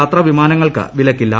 യാത്രാവിമാനങ്ങൾക്ക് വിലക്കില്ല